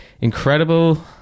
incredible